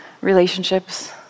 relationships